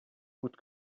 coûte